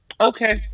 okay